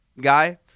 guy